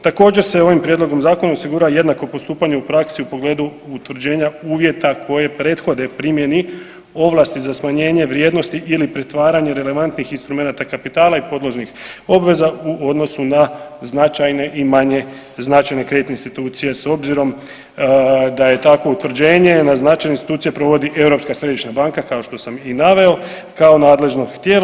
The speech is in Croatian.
Također se ovim prijedlogom zakona osigurava jednako postupanje u praksi u pogledu utvrđenja uvjeta koje prethode primjeni ovlasti za smanjenje vrijednosti ili pretvaranje relevantnih instrumenata kapitala i podložnih obveza u odnosu na značajne i manje značajne kreditne institucije s obzirom da je takvo utvrđenje … institucija provodi Europska središnja banka kao što sam i naveo kao nadležno tijelo.